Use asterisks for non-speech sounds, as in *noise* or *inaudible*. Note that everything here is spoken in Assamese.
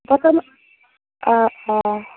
*unintelligible* অঁ অঁ